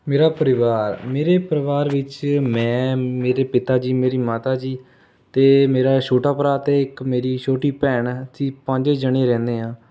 ਮੇਰਾ ਪਰਿਵਾਰ ਮੇਰੇ ਪਰਿਵਾਰ ਵਿੱਚ ਮੈਂ ਮੇਰੇ ਪਿਤਾ ਜੀ ਮੇਰੀ ਮਾਤਾ ਜੀ ਅਤੇ ਮੇਰਾ ਛੋਟਾ ਭਰਾ ਅਤੇ ਇੱਕ ਮੇਰੀ ਛੋਟੀ ਭੈਣ ਹੈ ਅਸੀਂ ਪੰਜ ਜਣੇ ਰਹਿੰਦੇ ਹਾਂ